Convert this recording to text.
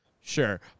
sure